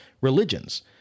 religions